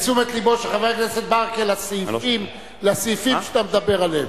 תשומת לבו של חבר הכנסת ברכה לסעיפים שאתה מדבר עליהם.